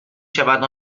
شود